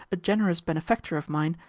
a generous benefactor of mine,